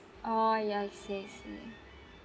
orh ya I see I see